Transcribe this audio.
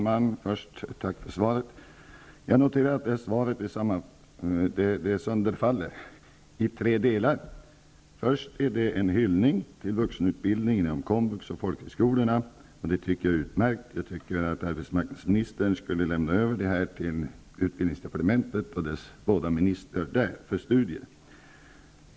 Herr talman! Tack för svaret. Jag noterar att svaret sönderfaller i tre delar. Först är det en hyllning till vuxenutbildningen inom komvux och folkhögskolorna. Det tycker jag är utmärkt. Arbetsmarknadsministern borde lämna över svaret till utbildningsdepartementet och de två ministrarna där för studier.